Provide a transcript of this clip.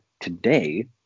today